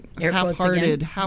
half-hearted